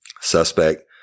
Suspect